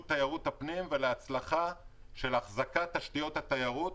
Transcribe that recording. תיירות הפנים ולהצלחה של החזקת תשתיות התיירות.